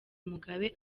mugabe